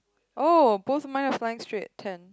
oh both of mine are flying straight ten